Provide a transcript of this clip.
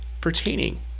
pertaining